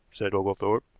said oglethorpe,